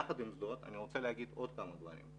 יחד עם זאת, אני רוצה להגיד עוד כמה דברים.